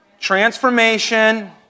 Transformation